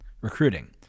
Recruiting